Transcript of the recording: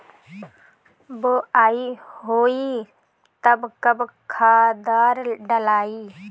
बोआई होई तब कब खादार डालाई?